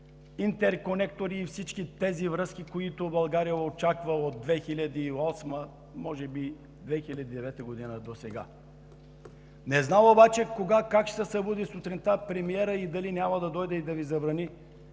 интерконектори и всички тези връзки, които България очаква от 2008-а или може би от 2009 г. досега. Не знам обаче кога и как ще се събуди сутринта премиерът и дали няма да дойде да Ви забрани